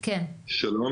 שלום,